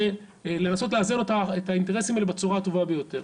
זה לנסות לאזן את האינטרסים האלה בצורה הטובה ביותר.